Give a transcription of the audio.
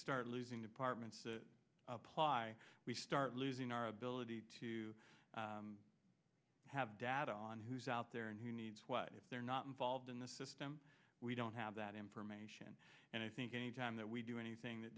start losing departments to apply we start losing our ability to have data on who's out there and who needs if they're not involved in the system we don't have that information and i think any time that we do anything that